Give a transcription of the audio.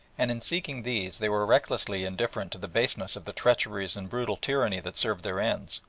and in seeking these they were recklessly indifferent to the baseness of the treacheries and brutal tyranny that served their ends,